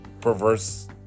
perverse